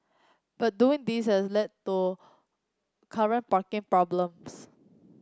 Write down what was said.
but doing this has led to current parking problems